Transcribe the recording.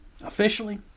Officially